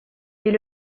est